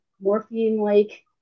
morphine-like